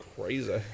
crazy